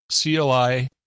CLI